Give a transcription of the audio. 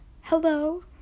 Hello